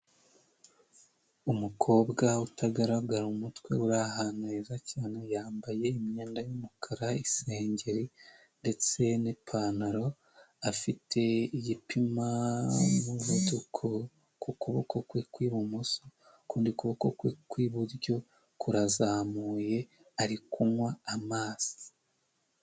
Umukobwa utagaragara umutwe, uri ahantu heza cyane, yambaye imyenda y'umukara; isengeri ndetse n'ipantaro, afite igipima muvuduko ku kuboko kwe kw'ibumoso, ukundi kuboko kwe kw'iburyo kurazamuye, ari kunywa amazi.